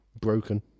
Broken